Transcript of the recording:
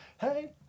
hey